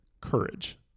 courage